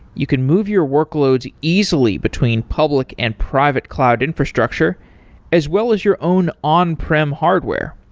you can move your workloads easily between public and private cloud infrastructure as well as your own on-prim hardware.